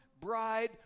bride